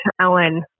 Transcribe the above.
Ellen